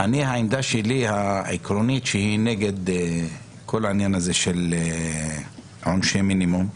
העמדה העקרונית שלי היא נגד כל עניין עונשי המינימום.